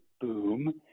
boom